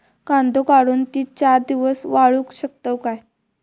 कांदो काढुन ती चार दिवस वाळऊ शकतव काय?